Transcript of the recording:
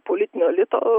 politinio elito